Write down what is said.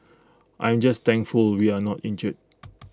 I am just thankful we are not injured